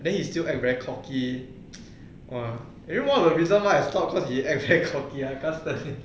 and then he still act very cocky !wah! I think one of the reason why I stopped cause he act that cocky ah I cant stand him